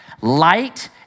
Light